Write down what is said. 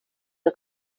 der